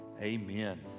Amen